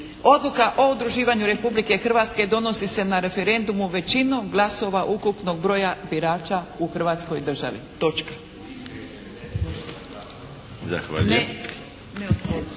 Odluka o udruživanju Republike Hrvatske donosi se na referendumu većinom glasova ukupnog broja birača u Hrvatskoj državi. Točka!